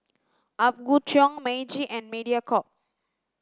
Apgujeong Meiji and Mediacorp